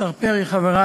השר פרי, חברי,